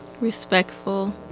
Respectful